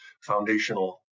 foundational